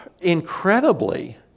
incredibly